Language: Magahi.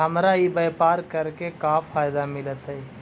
हमरा ई व्यापार करके का फायदा मिलतइ?